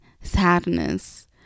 sadness